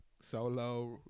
Solo